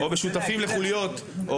או בשותפים לחוליות.